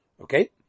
Okay